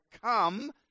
come